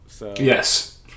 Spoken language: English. Yes